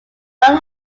daryl